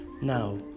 Now